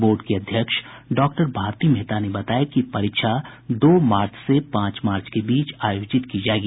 board की अध्यक्ष doctor Bharti Mehta ने बताया कि परीक्षा दो मार्च से पांच मार्च के बीच आयोजित की जायेगी